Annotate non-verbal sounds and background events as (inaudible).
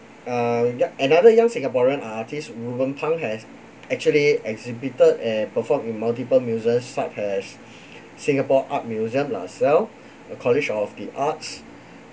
uh another young singaporean artist ruben pang has actually exhibited and performed in multiple museums such as (breath) singapore art museum lasalle college of the arts